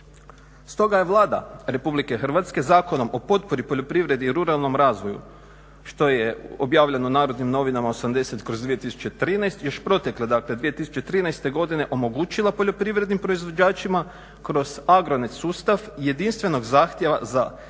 Stoga je Vlada Republike Hrvatske Zakonom o potpori, poljoprivredi i ruralnom razvoju što je objavljeno u Narodnim novinama 80/2013 još protekle dakle 2013. godine omogućila poljoprivrednim proizvođačima kroz AGRONET sustav jedinstvenog zahtjeva za